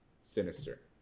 Sinister